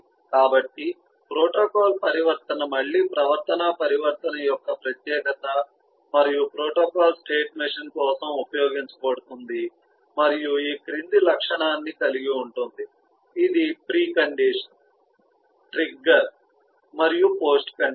కాబట్టి ప్రోటోకాల్ పరివర్తన మళ్ళీ ప్రవర్తనా పరివర్తన యొక్క ప్రత్యేకత మరియు ప్రోటోకాల్ స్టేట్ మెషీన్ కోసం ఉపయోగించబడుతుంది మరియు ఈ క్రింది లక్షణాన్ని కలిగి ఉంటుంది ఇది ప్రీ కండిషన్ ట్రిగ్గర్ మరియు పోస్ట్ కండిషన్